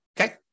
Okay